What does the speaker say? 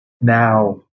now